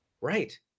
Right